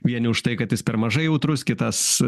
vieni už tai kad jis per mažai jautrus kitas